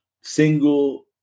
single